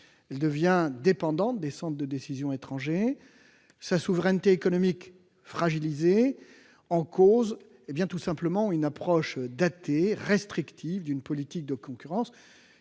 Elle devient dépendante des centres de décision étrangers ; sa souveraineté économique est fragilisée. Voilà tout simplement mise en cause une approche datée, restrictive, d'une politique de la concurrence,